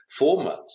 formats